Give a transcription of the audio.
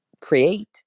create